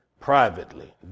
privately